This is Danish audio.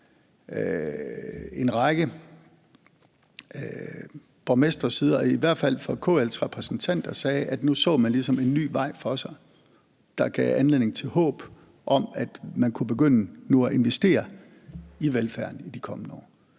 en række borgmestres side og i hvert fald fra KL's repræsentanters side sagde, at nu så man ligesom en ny vej for sig, der gav anledning til håb om, at man nu kunne begynde at investere i velfærden i de kommende år,